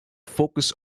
focus